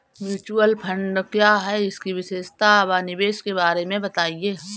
Mutual fund क्या है इसकी विशेषता व निवेश के बारे में बताइये?